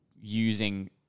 using